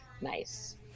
nice